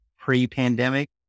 pre-pandemic